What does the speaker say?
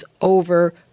over